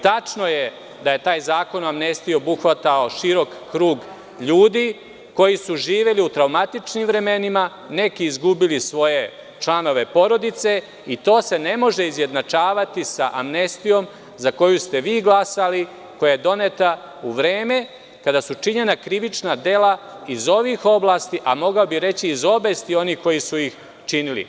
Tačno je da je taj Zakon o amnestiji obuhvatao širok krug ljudi koji su živeli u traumatičnim vremenima, neki izgubili svoje članove porodice, i to se ne može izjednačavati sa amnestijom za koju ste vi glasali, koja je doneta u vreme kada su činjena krivična dela iz ovih oblasti, a mogao bi reći iz obesti onih koji su ih činili.